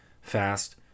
fast